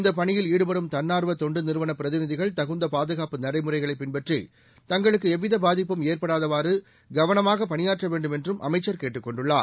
இந்த பணியில் ஈடுபடும் தன்னாா்வ தொண்டு நிறுவன பிரதிநிதிகள் தகுந்த பாதுகாப்பு நடைமுறைகளை பின்பற்றி தங்களுக்கு எவ்வித பாதிப்பும் ஏற்படாதவாறு கவனமாக பணியாற்ற வேண்டுமென்றும் அமைச்சர் கேட்டுக் கொண்டுள்ளார்